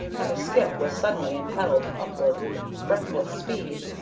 and the skip was suddenly impelled upward with breathless speed.